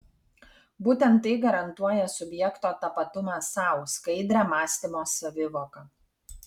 būtent tai garantuoja subjekto tapatumą sau skaidrią mąstymo savivoką